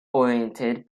oriented